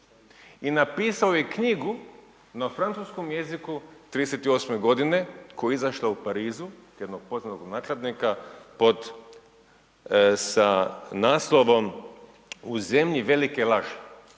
I napisao je i knjigu na francuskom jeziku 38. godine koja je izašla u Parizu jednog poznatog nakladnika sa naslovom U zemlji velike laži.